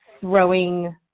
throwing